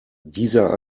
dieser